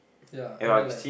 ya I mean like